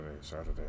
Saturday